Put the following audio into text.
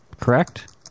correct